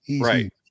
Right